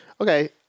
Okay